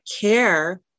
care